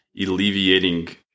alleviating